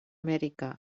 amèrica